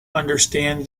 understand